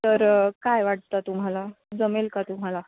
तर काय वाटतं तुम्हाला जमेल का तुम्हाला